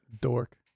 Dork